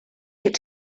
that